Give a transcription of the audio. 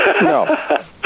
No